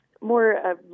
more